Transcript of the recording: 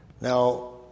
Now